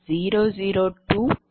002Pg2